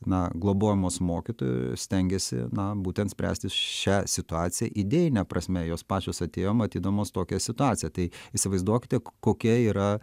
na globojamos mokytojų stengiasi na būtent spręsti šią situaciją idėjine prasme jos pačios atėjo matydamos tokią situaciją tai įsivaizduokite kokia yra